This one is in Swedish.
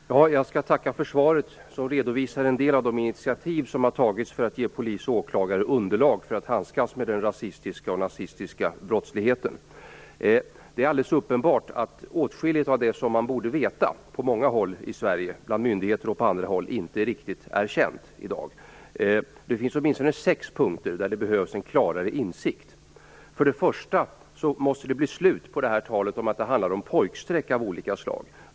Fru talman! Jag vill tacka för svaret, som redovisar en del av de initiativ som har tagits för att ge polis och åklagare underlag för att handskas med den rasistiska och nazistiska brottsligheten. Det är alldeles uppenbart att åtskilligt av det som man bland myndigheter och på andra håll borde veta inte är riktigt känt. Det finns åtminstone sex punkter där det behövs en klarare insikt. För det första måste det bli slut på talet om att det handlar om pojkstreck.